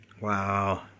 Wow